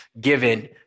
given